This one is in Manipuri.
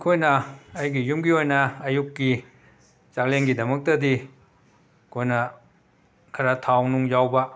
ꯑꯩꯈꯣꯏꯅ ꯑꯩꯒꯤ ꯌꯨꯝꯒꯤ ꯑꯣꯏꯅ ꯑꯌꯨꯛꯀꯤ ꯆꯥꯛꯂꯦꯟꯒꯤꯗꯃꯛꯇꯗꯤ ꯑꯩꯈꯣꯏꯅ ꯈꯔ ꯊꯥꯎꯅꯨꯡ ꯌꯥꯎꯕ